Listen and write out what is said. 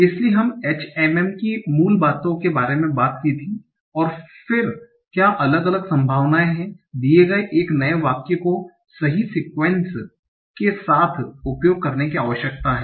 इसलिए हम HMM की मूल बातों के बारे में बात की थी और फिर क्या अलग अलग संभावनाएं हैं दिए गए एक नए वाक्य को सही सीक्वेंस के साथ उपयोग करने की आवश्यकता है